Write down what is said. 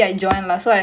mm